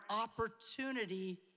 opportunity